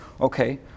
okay